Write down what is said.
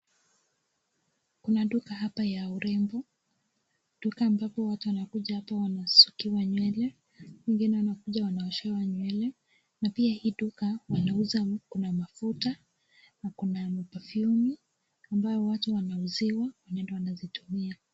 Kuna duka hapa ya urembo, duka ambapo watu wanakuja hapo wanasukiwa nywele, wengine wanakuja wanaoshewa nywele, na pia hii duka wanauza kuna mafuta na kuna perfume ,ambayo watu wanauziwa na wanaenda kuzitumia.